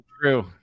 true